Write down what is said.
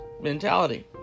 mentality